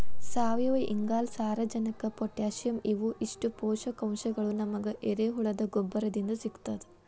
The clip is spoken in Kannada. ಸಾವಯುವಇಂಗಾಲ, ಸಾರಜನಕ ಪೊಟ್ಯಾಸಿಯಂ ಇವು ಇಷ್ಟು ಪೋಷಕಾಂಶಗಳು ನಮಗ ಎರೆಹುಳದ ಗೊಬ್ಬರದಿಂದ ಸಿಗ್ತದ